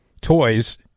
toys